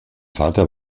vater